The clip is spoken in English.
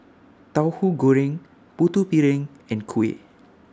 Tauhu Goreng Putu Piring and Kuih